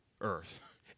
earth